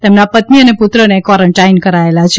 તેમના પત્ની અને પુત્રને કોરોન્ટાઇન કરાયેલ છે